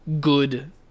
good